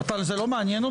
זה לא מעניין?